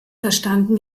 verstanden